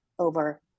over